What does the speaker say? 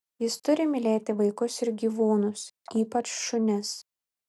jis turi mylėti vaikus ir gyvūnus ypač šunis